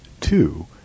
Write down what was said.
two